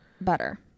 butter